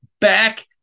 back